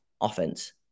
offense